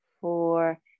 four